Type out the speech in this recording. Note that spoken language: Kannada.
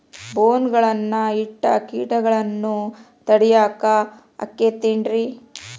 ಬೋನ್ ಗಳನ್ನ ಇಟ್ಟ ಕೇಟಗಳನ್ನು ತಡಿಯಾಕ್ ಆಕ್ಕೇತೇನ್ರಿ?